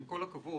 עם כל הכבוד,